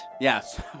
Yes